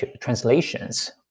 translations